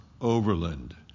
overland